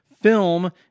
film